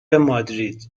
مادرید